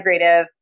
integrative